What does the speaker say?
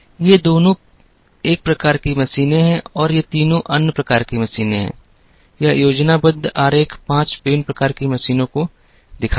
ये दोनों एक प्रकार की मशीनें हैं और ये तीनों अन्य प्रकार की मशीनें हैं यह योजनाबद्ध आरेख पांच विभिन्न प्रकार की मशीनों को दिखाता है